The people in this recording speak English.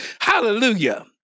Hallelujah